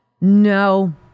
no